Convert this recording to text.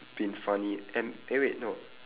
been funny and eh wait no